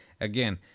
again